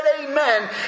amen